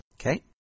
Okay